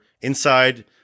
inside